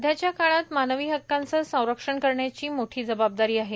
सध्याच्या काळात मानवी हक्कांचे संरक्षण करण्याची मोठी जबाबदारी आहे